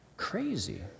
crazy